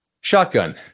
Shotgun